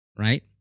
Right